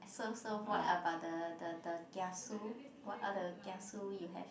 so so what about the the the kiasu what are the kiasu you have